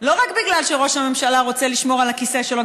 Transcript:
לא רק בגלל שראש הממשלה רוצה לשמור על הכיסא שלו,